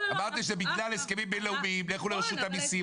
אמרתם שזה בגלל הסכמים בין-לאומיים ושנלך לרשות המסים.